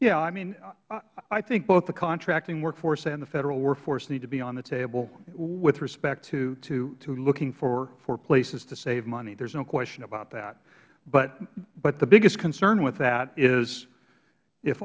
yes i mean i think both the contracting workforce and the federal workforce need to be on the table with respect to looking for places to save money there is no question about that but the biggest concern with that is if